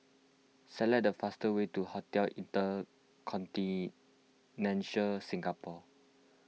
select the fast way to Hotel Inter Continental Singapore